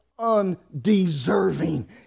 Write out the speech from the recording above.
undeserving